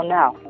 now